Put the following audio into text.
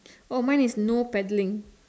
oh mine is no paddling